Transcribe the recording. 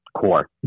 core